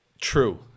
True